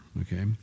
okay